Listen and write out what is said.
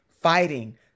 fighting